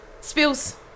Spills